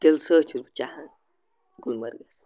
دِلہٕ سۭتۍ چھُس بہٕ چاہن گُلمَرگَس